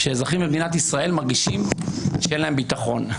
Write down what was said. אזרחים במדינת ישראל מרגישים שאין להם ביטחון.